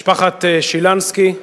משפחת שילנסקי,